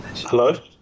Hello